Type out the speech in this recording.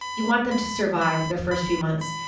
you want them to survive their first few months.